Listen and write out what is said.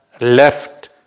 left